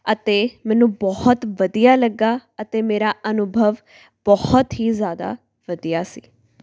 ਅਤੇ ਮੈਨੂੰ ਬਹੁਤ ਵਧੀਆ ਲੱਗਿਆ ਅਤੇ ਮੇਰਾ ਅਨੁਭਵ ਬਹੁਤ ਹੀ ਜ਼ਿਆਦਾ ਵਧਿਆ ਸੀ